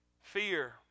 Fear